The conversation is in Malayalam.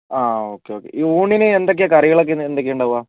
അതെ ഓക്കെ ഓക്കെ ഈ ഊണിന് എന്തൊക്കെയാ കറികളൊക്കെ എന്തൊക്കെയാ ഉണ്ടാവുക